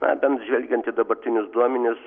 na bent žvelgiant dabartinius duomenis